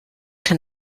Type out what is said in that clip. denn